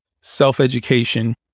self-education